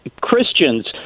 Christians